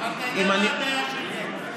אתה יודע מה הדעה שלי הייתה.